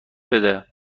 بده